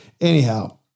Anyhow